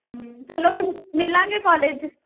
ਚਲੋ ਫਿਰ ਮਿਲਾਂਗੇ ਕੋਲੇਜ